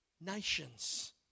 nations